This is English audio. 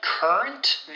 Current